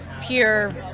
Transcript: pure